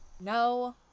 No